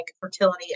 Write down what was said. fertility